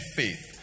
faith